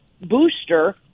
booster